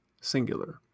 singular